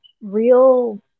real